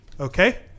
Okay